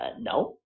No